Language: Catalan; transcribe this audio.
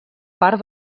part